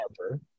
Harper